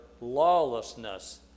lawlessness